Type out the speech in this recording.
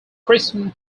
christian